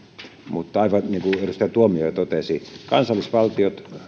mutta aivan niin kuin edustaja tuomioja totesi kansallisvaltiot